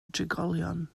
drigolion